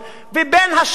ובין השאר,